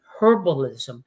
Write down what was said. herbalism